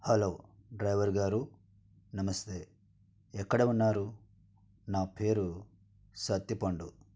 hello driver గారు నమస్తే ఎక్కడ ఉన్నారు నా పేరు సత్తిపండు